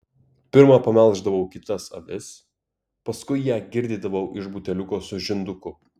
pirma pamelždavau kitas avis paskui ją girdydavau iš buteliuko su žinduku